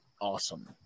awesome